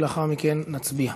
ולאחר מכן נצביע.